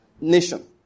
nation